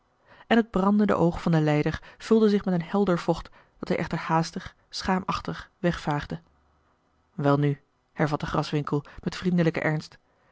en het brandende oog van den lijder vulde zich met een helder vocht dat hij echter haastig schaamachtig wegvaagde welnu hervatte graswinckel met vriendelijken ernst